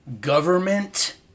Government